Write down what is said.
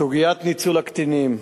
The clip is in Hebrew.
סוגיית ניצול הקטינים,